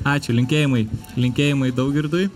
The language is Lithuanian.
ačiū linkėjimai linkėjimai daugirdui